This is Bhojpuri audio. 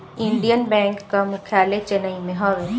इंडियन बैंक कअ मुख्यालय चेन्नई में हवे